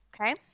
Okay